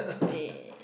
eh